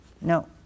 No